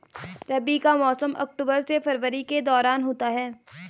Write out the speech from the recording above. रबी का मौसम अक्टूबर से फरवरी के दौरान होता है